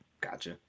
gotcha